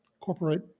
corporate